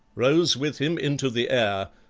rose with him into the air,